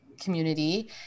community